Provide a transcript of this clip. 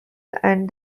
and